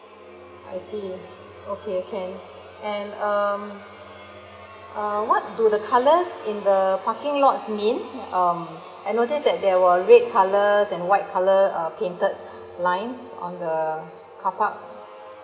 I see okay can and um uh what do the colours in the parking lots mean um I noticed that there were red colours and white colour uh painted lines on the carpark